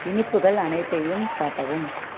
இனிப்புகள் அனைத்தையும் காட்டவும்